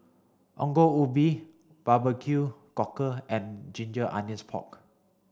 Ongol Ubi Barbecue cockle and ginger onions pork